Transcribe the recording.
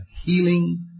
healing